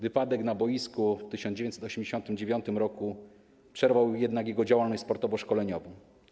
Wypadek na boisku w 1989 r. przerwał jednak jego działalność sportowo-szkoleniową.